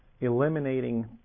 eliminating